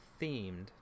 themed